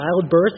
childbirth